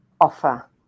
offer